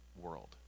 world